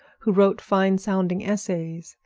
who wrote fine-sounding essays,